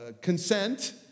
consent